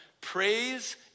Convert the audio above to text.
praise